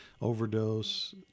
overdose